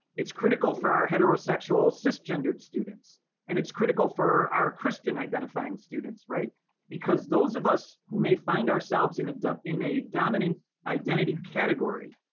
it's critical for our heterosexual cis-gendered students and it's critical for our christian identifying students. because those of us who may find ourselves in and ah in a dominant identity category,